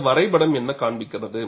இந்த வரைபடம் என்ன காண்பிக்கிறது